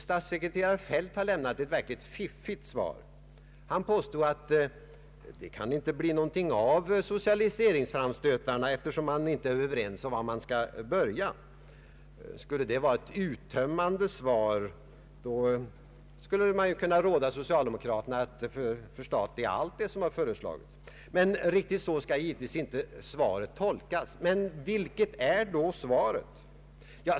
Statssekreterare Feldt har lämnat ett fiffigt svar, då han påstått att det inte kan bli något av socialiseringsframstötarna, eftersom man inte är överens var man skall börja. Skulle det vara ett uttömmande skäl då kunde man ju råda socialdemokraterna att förstatliga allt som de föreslår. Riktigt så skall svaret givetvis dock inte tolkas. Men i så fall hur?